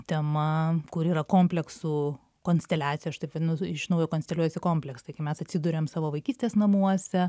tema kuri yra kompleksų konsteliacija aš taip vadinu iš naujo konsteliuojasi kompleksai kai mes atsiduriam savo vaikystės namuose